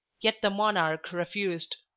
yet the monarch refused.